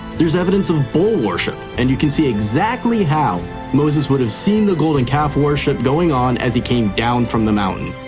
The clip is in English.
there's evidence of bull worship, and you can see exactly how moses would have seen the golden calf worship going on as he came down from the mountain.